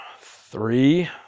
three